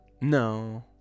No